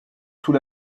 sous